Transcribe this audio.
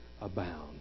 abound